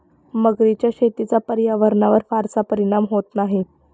मगरीच्या शेतीचा पर्यावरणावर फारसा परिणाम होत नाही